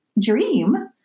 dream